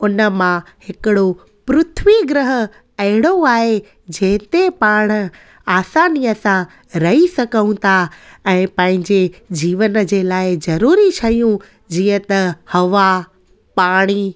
उन मां हिकिड़ो पृथ्वी ग्रह अहिड़ो आए जेते पाण आसानीअ सां रही सघूं था ऐं पंहिंजे जीवन जे लाइ ज़रूरी शयूं जीअं त हवा पाणी